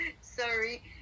Sorry